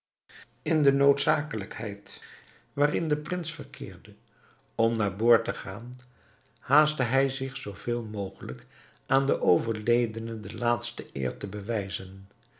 in de noodzakelijkheid waarin de prins verkeerde om naar boord te gaan haastte hij zich zoo veel mogelijk aan den overledene de laatste eer te bewijzen